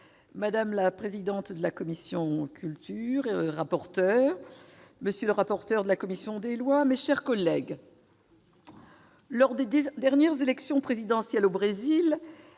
madame la présidente et rapporteur de la commission de la culture, monsieur le rapporteur de la commission des lois, mes chers collègues, lors des dernières élections présidentielles au Brésil,